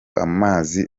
amazi